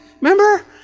Remember